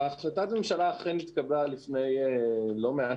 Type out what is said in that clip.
החלטת הממשלה אכן נתקבלה לפני לא מעט